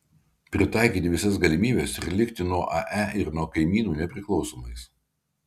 pritaikyti visas galimybes ir likti nuo ae ir nuo kaimynų nepriklausomais